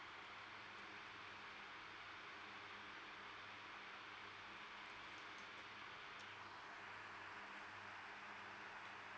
mm